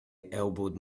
elbowed